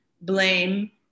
blame